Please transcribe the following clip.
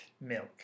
Milk